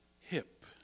hip